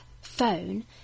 phone